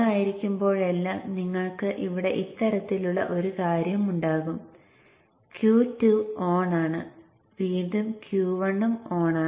ഓണായിരിക്കുമ്പോൾ അതിനു Vin നെ നേരിടണം